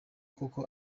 koko